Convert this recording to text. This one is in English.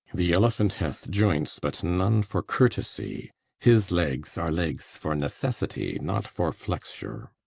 the elephant hath joints, but none for courtesy his legs are legs for necessity, not for flexure.